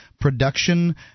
production